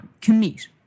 commit